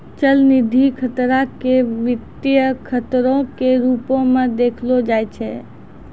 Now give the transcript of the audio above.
चलनिधि खतरा के वित्तीय खतरो के रुपो मे देखलो जाय छै